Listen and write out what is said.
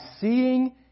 seeing